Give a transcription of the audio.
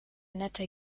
nette